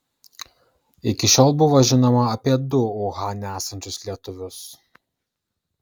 iki šiol buvo žinoma apie du uhane esančius lietuvius